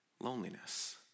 loneliness